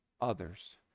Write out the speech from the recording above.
others